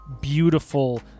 beautiful